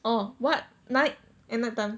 oh what night at night time